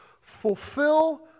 fulfill